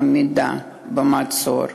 עמידה במצור.